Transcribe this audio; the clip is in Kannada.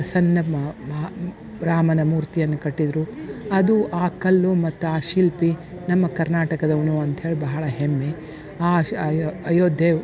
ಪ್ರಸನ್ನ ರಾಮನ ಮೂರ್ತಿಯನ್ನು ಕಟ್ಟಿದರು ಅದು ಆ ಕಲ್ಲು ಮತ್ತು ಶಿಲ್ಪಿ ನಮ್ಮ ಕರ್ನಾಟಕದವನು ಅಂತ ಹೇಳಿ ಬಹಳ ಹೆಮ್ಮೆ ಅಯೋಧ್ಯೆ